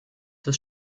des